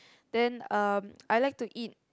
then um I like to eat